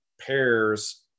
pairs